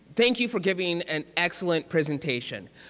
thank you for giving an excellent presentation.